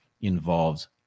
involves